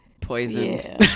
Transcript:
poisoned